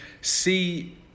see